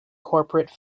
corporate